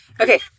Okay